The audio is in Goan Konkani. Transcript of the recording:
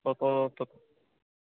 तो